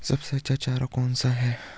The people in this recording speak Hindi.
सबसे अच्छा चारा कौन सा है?